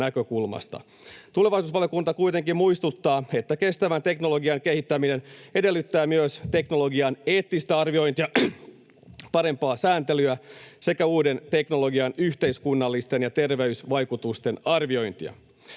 Tulevaisuusvaliokunta kuitenkin muistuttaa, että kestävän teknologian kehittäminen edellyttää myös teknologian eettistä arviointia, parempaa sääntelyä sekä uuden teknologian yhteiskunnallisten ja terveysvaikutusten arviointia.